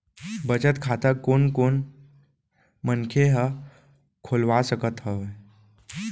बचत खाता कोन कोन मनखे ह खोलवा सकत हवे?